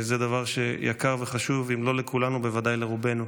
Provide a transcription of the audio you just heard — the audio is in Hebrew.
זה דבר שיקר וחשוב אם לא לכולנו, בוודאי לרובנו.